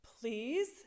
please